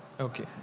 okay